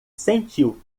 sentiu